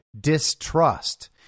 distrust